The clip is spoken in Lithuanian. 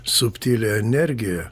subtili energija